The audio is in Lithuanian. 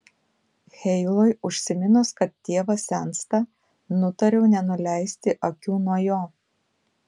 heilui užsiminus kad tėvas sensta nutariau nenuleisti akių nuo jo